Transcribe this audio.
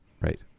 Right